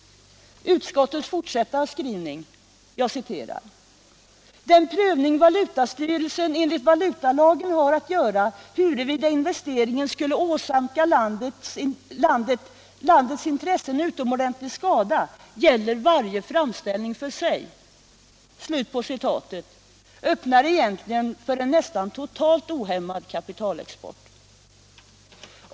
Utskottet skriver vidare att ”den prövning valutastyrelsen enligt valutalagen har att göra huruvida investeringen skulle åsamka landets intressen utomordentlig skada gäller varje framställning för sig”. Det öppnar egentligen vägen för nästan totalt ohämmad kapitalexport.